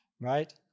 Right